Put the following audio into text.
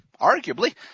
arguably